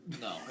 No